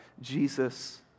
Jesus